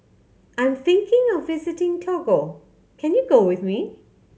I'm thinking of visiting Togo can you go with me